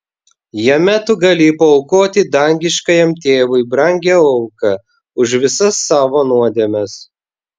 jame tu gali paaukoti dangiškajam tėvui brangią auką už visas savo nuodėmes